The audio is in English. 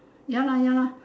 ya lah ya lah